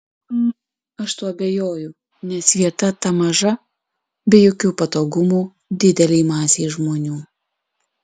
aš tuo abejoju nes vieta ta maža be jokių patogumų didelei masei žmonių